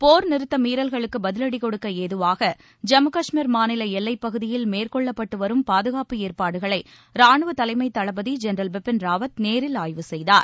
போர் நிறுத்த மீறல்களுக்கு பதிலடி கொடுக்க ஏதுவாக ஜம்மு கஷ்மீர் மாநில எல்லைப்பகுதியில் மேற்கொள்ளப்பட்டு வரும் பாதுகாப்பு ஏற்பாடுகளை ராணுவத் தலைமை தளபதி ஜென்ரல் பிபின் ராவத் நேரில் ஆய்வு செய்துள்ளார்